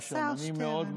כן, כן.